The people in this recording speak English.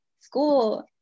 school